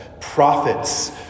prophets